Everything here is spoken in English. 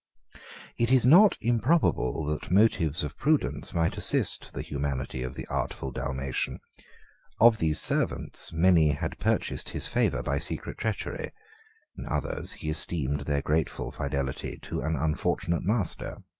it is not improbable that motives of prudence might assist the humanity of the artful dalmatian of these servants, many had purchased his favor by secret treachery in others, he esteemed their grateful fidelity to an unfortunate master.